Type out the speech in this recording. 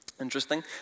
Interesting